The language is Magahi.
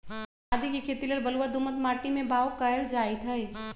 आदीके खेती लेल बलूआ दोमट माटी में बाओ कएल जाइत हई